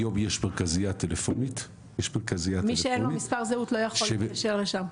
היום יש מרכזייה טלפונית- -- מי שאין לו מספר זהות לא יכול להתקשר לשם.